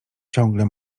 ciągle